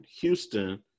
Houston